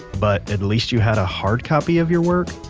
but at least you had a hard copy of your work?